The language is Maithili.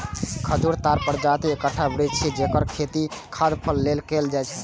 खजूर ताड़ प्रजातिक एकटा वृक्ष छियै, जेकर खेती खाद्य फल लेल कैल जाइ छै